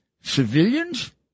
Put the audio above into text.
civilians